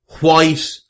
White